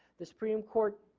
the supreme court,